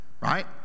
right